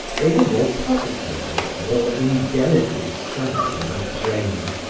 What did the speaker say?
they were more positive and more indelibly stamped on his brain.